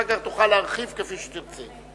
ואחר כך תוכל להרחיב כפי שתרצה.